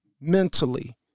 mentally